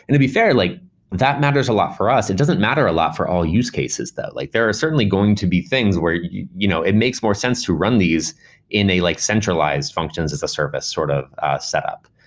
and to be fair, like that matters a lot for us. it doesn't matter a lot for all use cases. like there are certainly going to be things where it you know it makes more sense to run these in a like centralized functions as a service sort of setup.